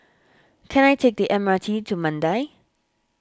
can I take the M R T to Mandai